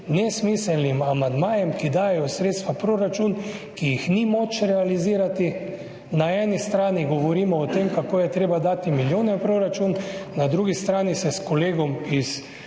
nesmiselnim amandmajem, ki dajejo v proračun sredstva, ki jih ni moč realizirati. Na eni strani govorimo o tem, kako je treba dati milijone v proračun, na drugi strani se s kolegom iz